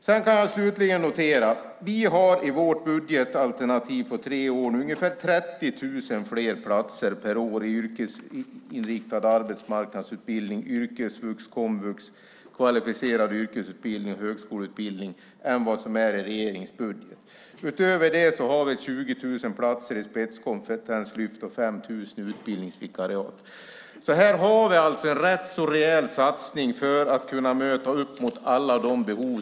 Slutligen kan jag notera att vi i vårt budgetalternativ för tre år har ungefär 30 000 fler platser per år i yrkesinriktad arbetsmarknadsutbildning, yrkesvux, komvux, kvalificerad yrkesutbildning, högskoleutbildning än vad regeringen har i sin budget. Utöver det har vi 20 000 platser i spetskompetenslyft och 5 000 i utbildningsvikariat. Här har vi alltså en rätt så rejäl satsning för att kunna möta alla behov.